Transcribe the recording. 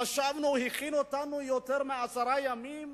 חשבנו, הכין אותנו יותר מעשרה ימים,